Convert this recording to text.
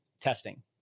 testing